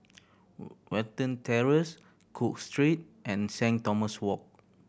Watten Terrace Cook Street and Saint Thomas Walk